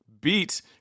beat